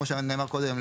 כמו שנאמר קודם,